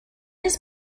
his